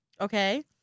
Okay